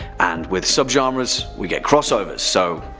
and with sub-genres, we get crossovers so,